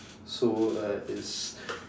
so it's